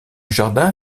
jardin